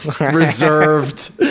reserved